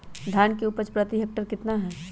धान की उपज प्रति हेक्टेयर कितना है?